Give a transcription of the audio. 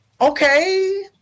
Okay